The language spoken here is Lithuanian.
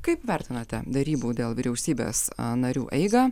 kaip vertinate derybų dėl vyriausybės narių eigą